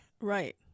Right